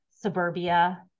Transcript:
suburbia